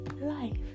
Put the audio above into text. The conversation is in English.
Life